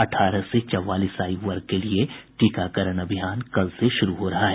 अठारह से चौवालीस आयु वर्ग के लिए टीकाकरण अभियान कल से शुरू हो रहा है